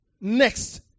Next